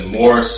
more